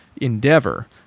endeavor